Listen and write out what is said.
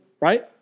Right